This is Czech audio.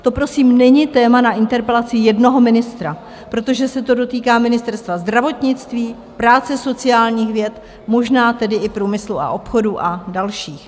To prosím není téma na interpelaci jednoho ministra, protože se to dotýká Ministerstva zdravotnictví, práce a sociálních věcí, možná i průmyslu a obchodu a dalších.